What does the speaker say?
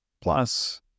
Plus